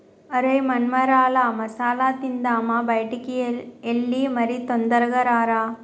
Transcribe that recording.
ఒరై మొన్మరాల మసాల తిందామా బయటికి ఎల్లి మరి తొందరగా రారా